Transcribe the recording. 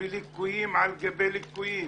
וליקויים על גבי ליקויים,